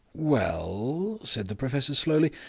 well, said the professor slowly,